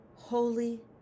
holy